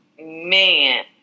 Man